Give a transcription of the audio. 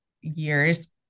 years